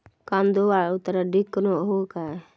कांदो वाळवताना ढीग करून हवो काय?